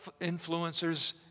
influencers